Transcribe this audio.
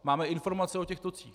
Máme informace o těch tocích.